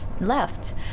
left